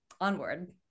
onward